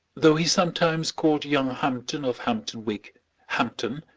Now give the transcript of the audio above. though he sometimes called young hampton of hampton wick hampton,